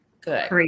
Good